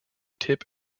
tip